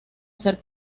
ser